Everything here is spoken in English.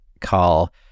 call